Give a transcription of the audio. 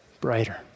brighter